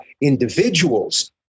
individuals